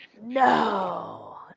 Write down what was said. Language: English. No